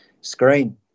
screen